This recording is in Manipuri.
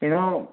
ꯀꯩꯅꯣ